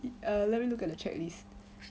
err let me look at the checklist